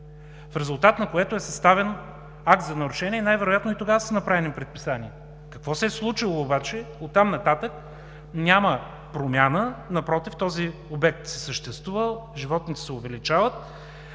В резултат на това е съставен акт за нарушение и най-вероятно тогава са направени предписания. Какво се е случило обаче? Оттам нататък няма промяна, напротив, този обект съществува, животните се увеличават